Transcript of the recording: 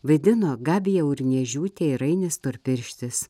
vaidino gabija urniežiūtė ir ainis storpirštis